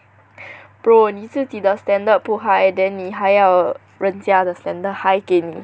bro 你自己的 standard 不 high then 你还要人家的 standard high 给你